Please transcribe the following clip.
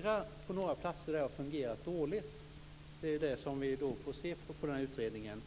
det har fungerat dåligt på några platser får vi titta på det i utredningen.